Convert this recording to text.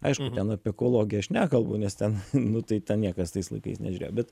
aišku ten apie ekologiją aš nekalbu nes ten nu tai ten niekas tais laikais nežiūrėjo bet